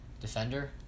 defender